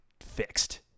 fixed